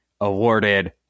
awarded